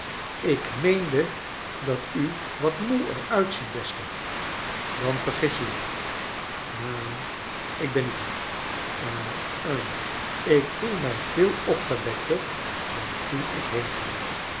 ik meende dat u wat moe er uitziet beste dan vergis je je ha ik ben niet moe ha hm ik voel mij veel opgewekter dan toen ik